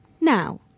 now